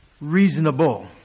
reasonable